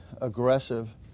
aggressive